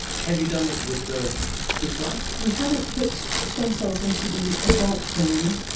have you done it with the fruit fly? we haven't put stem cells into the adult brain.